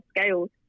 scales